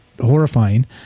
horrifying